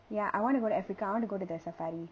ya I want to go to africa I want to go to the safari